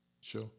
Sure